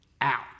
out